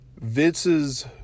Vince's